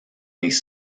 les